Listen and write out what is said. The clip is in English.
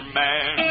man